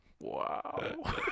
wow